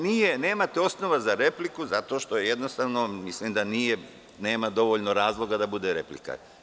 Nemate osnova za repliku, zato što mislim da nema dovoljno razloga da bude replika.